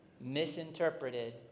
misinterpreted